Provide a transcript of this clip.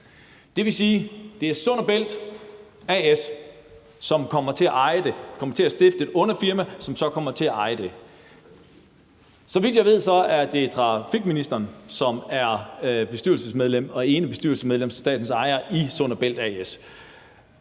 Det vil sige, at det er Sund & Bælt A/S, som kommer til at stifte et underfirma, som så kommer til at eje det. Så vidt jeg ved, er det transportministeren, som er ene bestyrelsesmedlem på statens vegne som ejere i Sund & Bælt A/S.